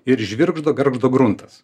ir žvirgždo gargždo gruntas